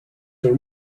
her